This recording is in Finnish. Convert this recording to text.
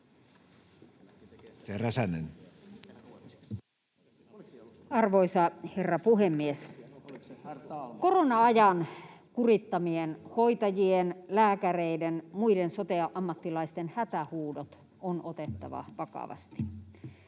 Arvoisa herra puhemies! Korona-ajan kurittamien hoitajien, lääkäreiden, muiden sote-ammattilaisten hätähuudot on otettava vakavasti.